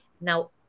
Now